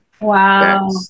Wow